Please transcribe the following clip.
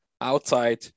outside